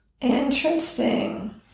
Interesting